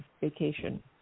vacation